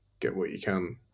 get-what-you-can